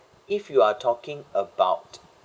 if you are talking about